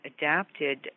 adapted